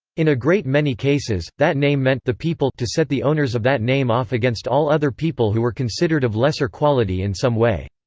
in a great many cases, that name meant the people to set the owners of that name off against all other people who were considered of lesser quality in some way.